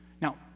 Now